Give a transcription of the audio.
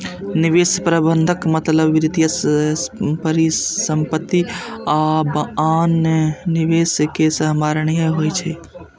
निवेश प्रबंधनक मतलब वित्तीय परिसंपत्ति आ आन निवेश कें सम्हारनाय होइ छै